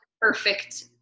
perfect